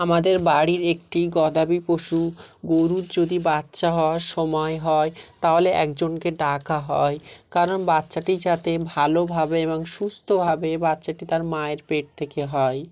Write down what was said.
আমাদের বাড়ির একটি গবাদি পশু গরুর যদি বাচ্চা হওয়ার সময় হয় তাহলে একজনকে ডাকা হয় কারণ বাচ্চাটি যাতে ভালোভাবে এবং সুস্থভাবে বাচ্চাটি তার মায়ের পেট থেকে হয়